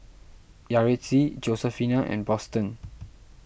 Yaretzi Josefina and Boston